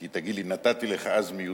כי תגיד לי: נתתי לך אז מיותרות.